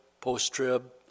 post-trib